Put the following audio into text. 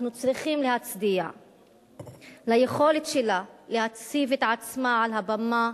אנחנו צריכים להצדיע ליכולת שלה להציב את עצמה על הבמה